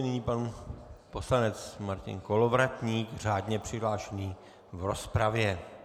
Nyní pan poslanec Martin Kolovratník řádně přihlášený v rozpravě.